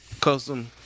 Custom